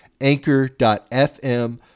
anchor.fm